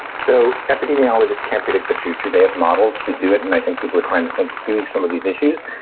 so epidemiologists can predict the future. they have models to do it. and i think people are trying to think through some of these issues.